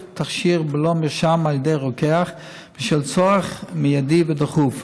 תכשיר בלא מרשם על ידי רוקח בשל צורך מיידי ודחוף.